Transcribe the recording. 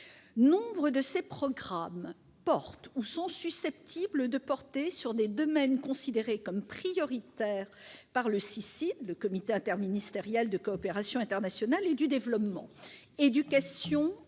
Nombre de ces programmes portent ou sont susceptibles de porter sur des domaines considérés comme prioritaires par le CICID, le comité interministériel de la coopération internationale et du développement : éducation,